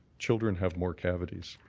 children have more cavities.